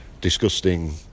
disgusting